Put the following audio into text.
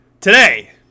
today